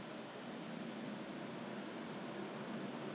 忘了 leh !aiyo! because collected so many 这边那边